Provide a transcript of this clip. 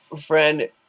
friend